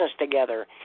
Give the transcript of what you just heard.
together